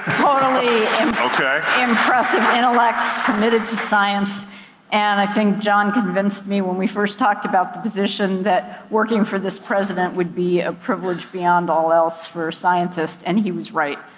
totally and impressive intellects committed to science and i think john convinced me when we first talked about the position, that working for this president would be a privilege beyond all else for a scientist. and he was right.